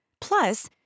Plus